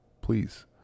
Please